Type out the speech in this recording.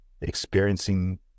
experiencing